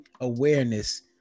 awareness